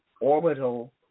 orbital